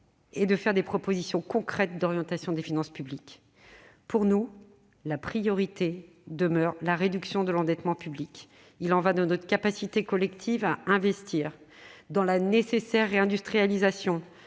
et d'avancer des propositions concrètes d'orientation des finances publiques. Pour nous, la priorité demeure la réduction de l'endettement public. Il y va de notre capacité collective à investir dans la nécessaire réindustrialisation,